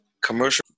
Commercial